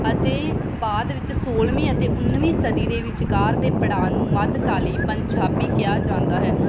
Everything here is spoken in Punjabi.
ਅਤੇ ਬਾਅਦ ਵਿੱਚ ਸੋਲਵੀਂ ਅਤੇ ਉਨੀਵੀਂ ਸਦੀ ਦੇ ਵਿਚਕਾਰ ਦੇ ਪੜਾਅ ਨੂੰ ਮੱਧਕਾਲੀ ਪੰਜਾਬੀ ਕਿਹਾ ਜਾਂਦਾ ਹੈ